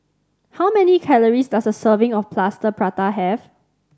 how many calories does a serving of Plaster Prata have